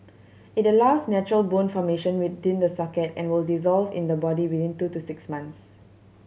it allows natural bone formation within the socket and will dissolve in the body within two to six months